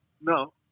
No